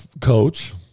coach